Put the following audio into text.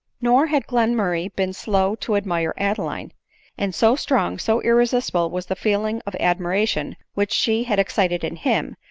nor had glenmurray been slow to admire adeline and so strong, so irresistible was the feeling of admiration which she had excited in him,